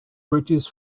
bridges